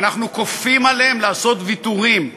ואנחנו כופים עליהם לעשות ויתורים,